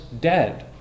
dead